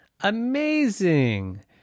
amazing